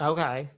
Okay